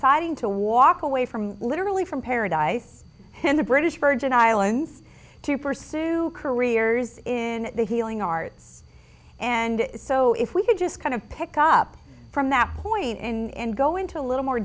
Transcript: deciding to walk away from literally from paradise in the british virgin islands to pursue careers in the healing arts and so if we could just kind of pick up from that point and go into a little more